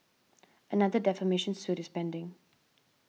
another defamation suit is pending